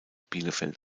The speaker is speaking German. bielefeld